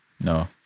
No